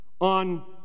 on